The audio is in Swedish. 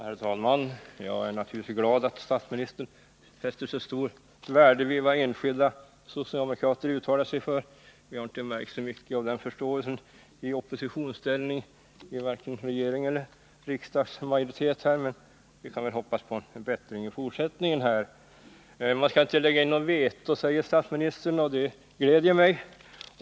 Herr talman! Jag är naturligtvis glad över att statsministern sätter så stort värde på vad enskilda socialdemokrater uttalar. I oppositionsställning märker vi inte så mycket av den förståelsen, varken inom regeringen eller riksdagsmajoriteten. Men vi kan väl hoppas på att det blir bättre i fortsättningen. Statsministern sade att man inte tänker inlägga något veto, och det gläder mig.